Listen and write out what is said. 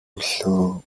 өглөө